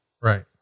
right